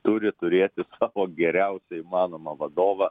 turi turėti savo geriausią įmanomą vadovą